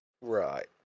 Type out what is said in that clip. Right